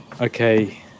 Okay